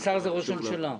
השר זה ראש הממשלה.